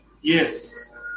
yes